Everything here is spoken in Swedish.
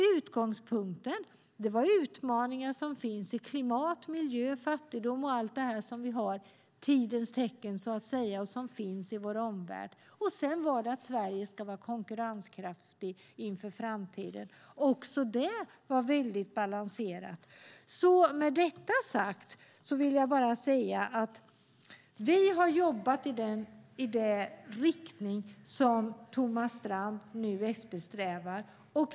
Utgångspunkten var utmaningar som finns i klimat, miljö och fattigdom - tidens tecken, så att säga, som finns i vår omvärld. Vidare ska Sverige vara konkurrenskraftigt inför framtiden. Också det var balanserat. Vi har jobbat i den riktning som Thomas Strand nu eftersträvar.